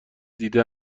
دیده